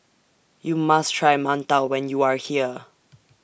YOU must Try mantou when YOU Are here